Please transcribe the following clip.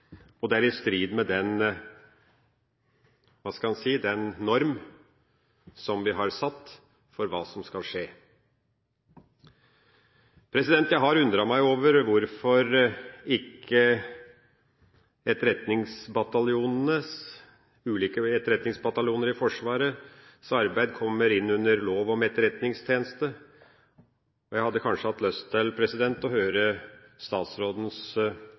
lovverk er det i strid med personopplysningsloven og med den norm vi har satt for hva som skal skje. Jeg har undret meg over hvorfor ikke etterretningsbataljonenes – ulike etterretningsbataljoner i Forsvaret – arbeid kommer inn under lov om etterretningstjeneste. Jeg hadde kanskje hatt lyst til å høre statsrådens